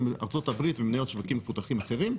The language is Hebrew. הן ארצות הברית ומניות שווקים מפותחים אחרים,